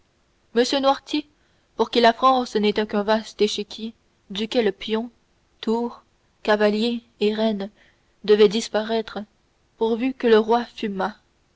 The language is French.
noirtier pour qui la france n'était qu'un vaste échiquier duquel pions tours cavaliers et reine devaient disparaître pourvu que le roi fût